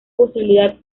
posibilidad